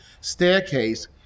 staircase